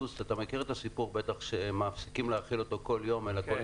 מכיר את הסיפור שמפסיקים להאכיל את הסוס כל יום אלא מאכילים